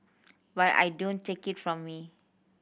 but I don't take it from me